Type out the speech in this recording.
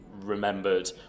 remembered